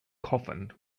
coffin